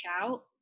out